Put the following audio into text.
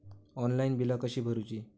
Online बिला कशी भरूची?